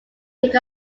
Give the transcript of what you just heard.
take